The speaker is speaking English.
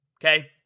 Okay